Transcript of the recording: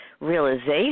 realization